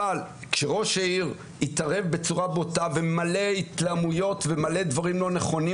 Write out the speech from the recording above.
אבל כשראש העיר התערב בצורה בוטה ומלא התלהמויות ומלא דברים לא נכונים,